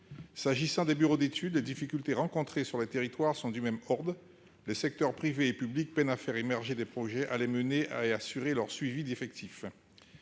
S'agissant des bureaux d'études, les difficultés rencontrées dans ces territoires sont comparables. Les secteurs privé et public peinent à faire émerger des projets, à les piloter et à assurer leur suivi effectif.